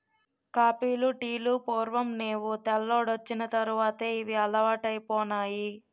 కాపీలు టీలు పూర్వం నేవు తెల్లోడొచ్చిన తర్వాతే ఇవి అలవాటైపోనాయి